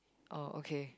oh okay